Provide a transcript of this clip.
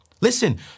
Listen